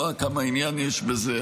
כמה עניין יש בזה.